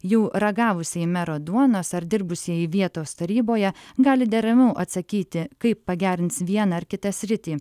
jau ragavusieji mero duonos ar dirbusieji vietos taryboje gali deramiau atsakyti kaip pagerins vieną ar kitą sritį